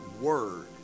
Word